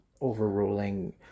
overruling